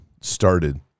started